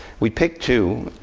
we picked two.